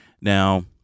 now